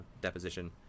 deposition